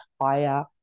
higher